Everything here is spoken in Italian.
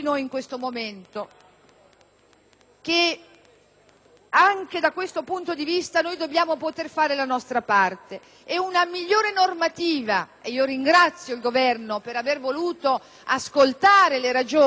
anche da questo punto di vista, che dobbiamo poter fare le nostra parte, puntando ad una migliore normativa. E ringrazio il Governo per aver voluto ascoltare le ragioni che tante donne e associazioni femminili